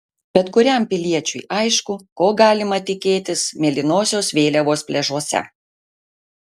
bet kuriam piliečiui aišku ko galima tikėtis mėlynosios vėliavos pliažuose